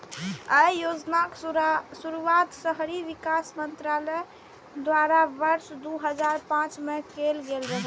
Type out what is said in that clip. अय योजनाक शुरुआत शहरी विकास मंत्रालय द्वारा वर्ष दू हजार पांच मे कैल गेल रहै